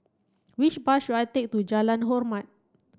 which bus should I take to Jalan Hormat